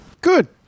Good